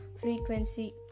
frequency